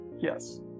Yes